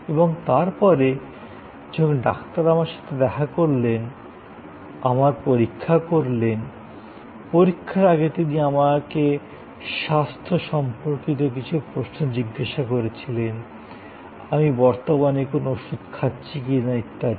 এবং তারপরে যখন ডাক্তার আমার সাথে দেখা করলেন পরীক্ষা করলেন পরীক্ষার আগে তিনি আমাকে স্বাস্থ্য সম্পর্কিত কিছু প্রশ্ন জিজ্ঞাসা করেছিলেন আমি বর্তমানে কোন ওষুধ খাচ্ছি কিনা ইত্যাদি